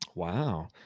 Wow